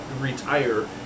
retire